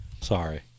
sorry